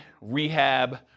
rehab